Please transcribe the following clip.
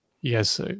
Yes